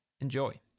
Enjoy